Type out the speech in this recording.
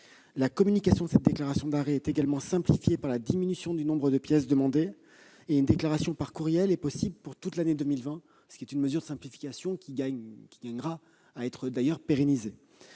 La communication de cette déclaration est également simplifiée par la diminution du nombre de pièces demandées. Enfin, la déclaration par courriel est possible pour toute l'année 2020, une mesure de simplification qui gagnera à être pérennisée.